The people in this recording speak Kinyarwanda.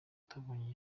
utabonye